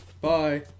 Bye